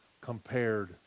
compared